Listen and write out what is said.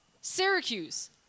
Syracuse